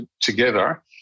together